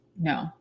No